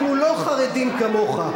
אנחנו לא חרדים כמוך.